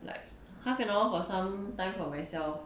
like half an hour for some time for myself